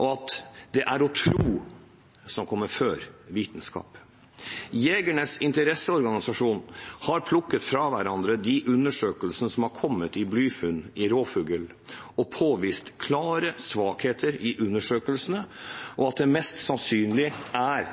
og at tro kommer før vitenskap. Jegernes Interesseorganisasjon har plukket fra hverandre de undersøkelsene som er kommet om blyfunn i rovfugl. De har påvist klare svakheter i undersøkelsene og mener det er mest sannsynlig at blyammunisjon er